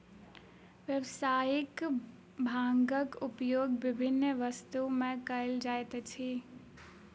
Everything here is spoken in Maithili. व्यावसायिक भांगक उपयोग विभिन्न वस्तु में कयल जाइत अछि